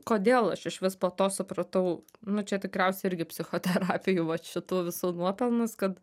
kodėl aš išvis po to supratau nu čia tikriausiai irgi psichoterapijų vat šitų visų nuopelnas kad